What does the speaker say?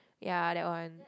ya that one